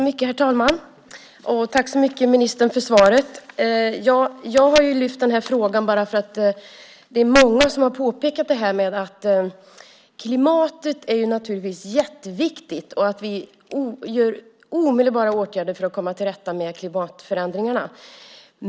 Herr talman! Jag tackar ministern så mycket för svaret. Jag har lyft upp den här frågan bara för att det är många som har påpekat detta. Klimatet är naturligtvis jätteviktigt, att vi vidtar omedelbara åtgärder för att komma till rätta med klimatförändringarna.